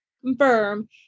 confirm